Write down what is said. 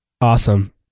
Awesome